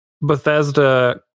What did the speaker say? Bethesda